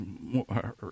more